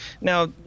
now